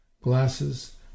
glasses